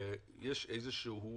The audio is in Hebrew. יש איזה שהיא